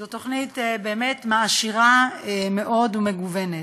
זאת תוכנית באמת מעשירה מאוד ומגוונת.